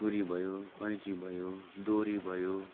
छुरी भयो कैँची भयो डोरी भयो